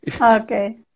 Okay